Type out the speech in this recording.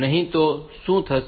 નહીં તો શું થશે